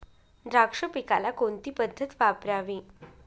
द्राक्ष पिकाला कोणती पद्धत वापरावी?